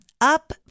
up